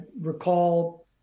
recall